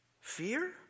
Fear